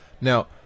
Now